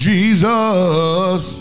Jesus